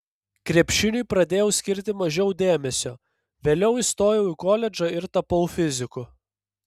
krepšiniui pradėjau skirti mažiau dėmesio vėliau įstojau į koledžą ir tapau fiziku